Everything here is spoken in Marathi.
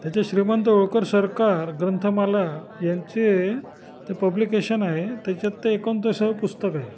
त्याचे श्रीमंत होळकर सरकार ग्रंथमाला यांचे ते पब्लिकेशन आहे त्याच्यात ते एकोणतिसावे पुस्तक आहे